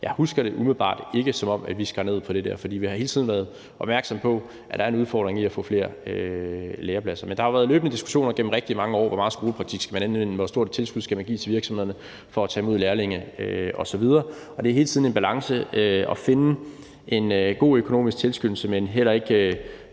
Jeg husker det umiddelbart ikke, som om vi skar ned på det der, for vi har hele tiden været opmærksomme på, at der er en udfordring i at få flere lærepladser. Men der har jo været løbende diskussioner gennem rigtig mange år om, hvor meget skolepraktik man skal have, hvor stort et tilskud man skal give til virksomhederne for at tage imod lærlinge osv. Og det er hele tiden en balance at finde en god økonomisk tilskyndelse, men heller ikke